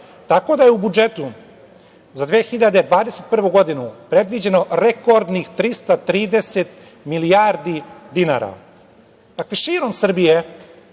tako da je u budžetu za 2021. godinu predviđeno rekordnih 330 milijardi dinara. Dakle, širom Srbije